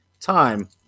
time